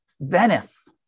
venice